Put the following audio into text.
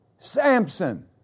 Samson